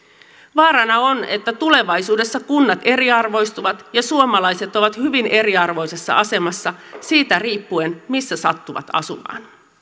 vaarana on että tulevaisuudessa kunnat eriarvoistuvat ja suomalaiset ovat hyvin eriarvoisessa asemassa siitä riippuen missä sattuvat asumaan